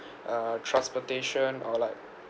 uh transportation or like